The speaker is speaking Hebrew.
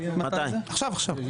עכשיו, עכשיו.